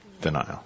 denial